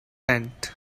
tent